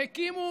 הקימו,